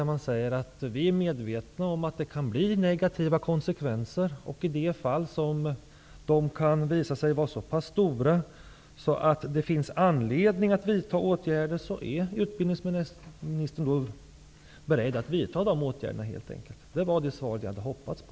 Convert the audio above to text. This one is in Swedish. Det var det svar som jag hade hoppats på.